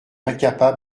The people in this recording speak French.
incapable